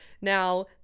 Now